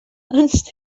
launched